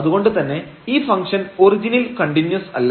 അതുകൊണ്ടുതന്നെ ഈ ഫംഗ്ഷൻ ഒറിജിനിൽ കണ്ടിന്യൂസ് അല്ല